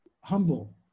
humble